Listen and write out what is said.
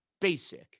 basic